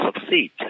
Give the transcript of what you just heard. succeed